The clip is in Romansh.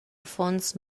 affons